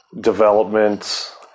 developments